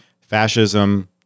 fascism